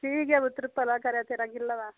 ठीक ऐ पुत्तरा भला करै तेरा गि'ल्ला दा